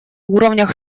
уровнях